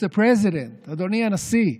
Mister President, אדוני הנשיא,